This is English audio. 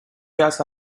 has